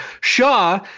Shaw